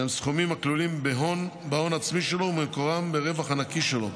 שהם סכומים הכלולים בהון העצמי שלו ומקורם ברווח הנקי שלו,